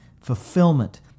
fulfillment